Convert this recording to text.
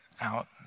out